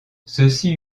ceci